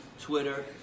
Twitter